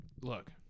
Look